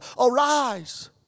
Arise